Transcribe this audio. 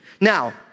Now